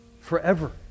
Forever